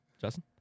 Justin